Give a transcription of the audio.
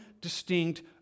distinct